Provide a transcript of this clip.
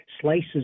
slices